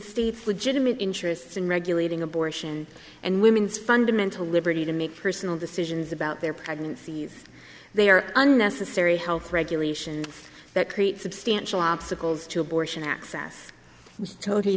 states legitimate interests in regulating abortion and women's fundamental liberty to make personal decisions about their pregnancies they are unnecessary health regulations that create substantial obstacles to abortion access which totally